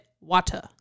water